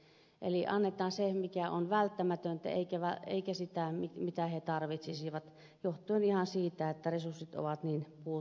eli annetaan se mikä on välttämätöntä eikä sitä mitä he tarvitsisivat johtuen ihan siitä että resurssit ovat niin puutteelliset